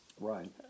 Right